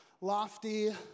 lofty